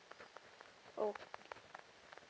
oh